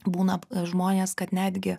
būna žmonės kad netgi